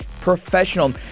professional